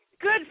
good